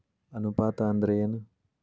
ಅನುಪಾತ ಅಂದ್ರ ಏನ್?